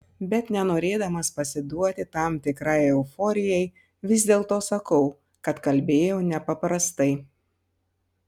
bet nenorėdamas pasiduoti tam tikrai euforijai vis dėlto sakau kad kalbėjo nepaprastai